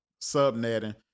subnetting